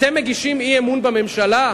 אתם מגישים הצעת אי-אמון בממשלה?